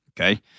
okay